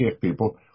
people